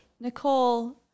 Nicole